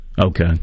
Okay